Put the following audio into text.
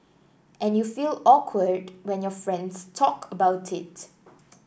and you feel awkward when your friends talk about it